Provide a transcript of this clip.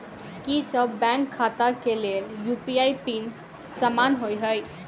की सभ बैंक खाता केँ लेल यु.पी.आई पिन समान होइ है?